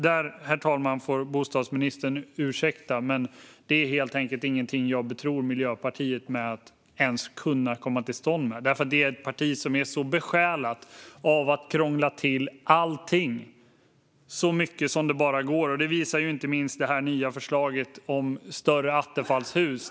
Där får bostadsministern dock ursäkta, men det är helt enkelt ingenting som jag betror Miljöpartiet att kunna komma till stånd med. Det är nämligen ett parti som är besjälat av att krångla till allting så mycket det bara går. Det visar inte minst det nya förslaget för större attefallshus.